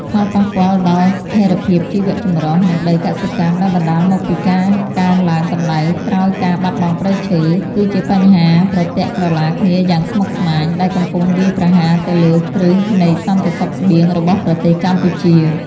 ផលប៉ះពាល់ដល់ស្ថិរភាពជីវៈចម្រុះ និងដីកសិកម្មដែលបណ្ដាលមកពីការកើនឡើងកម្ដៅក្រោយការបាត់បង់ព្រៃឈើ គឺជាបញ្ហាប្រទាក់ក្រឡាគ្នាយ៉ាងស្មុគស្មាញ ដែលកំពុងវាយប្រហារទៅលើគ្រឹះនៃសន្តិសុខស្បៀងរបស់ប្រទេសកម្ពុជា។